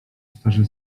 starzy